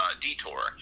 detour